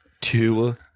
Two